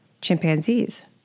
chimpanzees